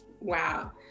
Wow